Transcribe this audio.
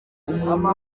umuntu